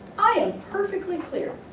i am perfectly clear,